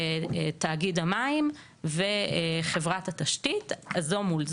תאגיד המים וחברת התשתית זו מול זו,